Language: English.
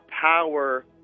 power